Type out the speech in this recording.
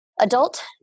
adult